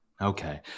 Okay